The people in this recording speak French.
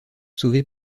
sauvé